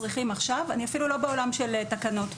אני אפילו לא בעולם של תקנות.